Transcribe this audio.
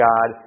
God